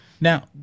now